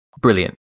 brilliant